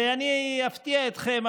ואני אפתיע אתכם,